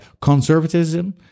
conservatism